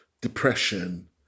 depression